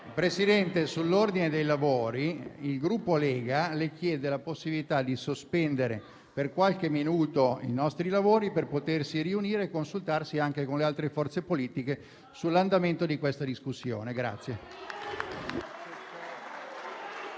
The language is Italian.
di parlare sull'ordine dei lavori. Il Gruppo Lega chiede la possibilità di sospendere per qualche minuto i nostri lavori per potersi riunire e consultarsi anche con le altre forze politiche sull'andamento di questa discussione.